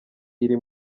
iri